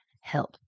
help